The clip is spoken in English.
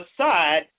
aside